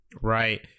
Right